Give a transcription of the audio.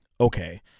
okay